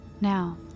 Now